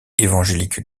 évangélique